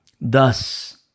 Thus